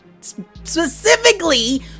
specifically